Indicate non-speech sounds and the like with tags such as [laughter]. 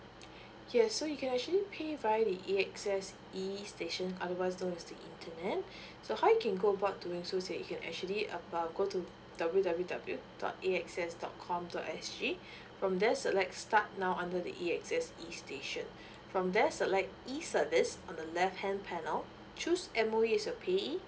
yes so you can actually pay via the A_X_S estation otherwise into the internet [breath] so how you can go about doing so so you can actually uh go to W W W dot A X S dot com dot S G [breath] from there select start now under the A_X_S estation [breath] from there select eservice on the left hand panel choose M_O_E as a pay